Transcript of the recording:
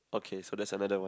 okay so that's another one